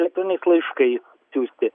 elektroniniais laiškai siųsti